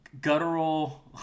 guttural